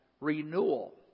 renewal